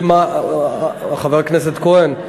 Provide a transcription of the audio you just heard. חבר הכנסת כהן,